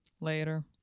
Later